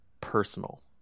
personal